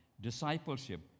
discipleship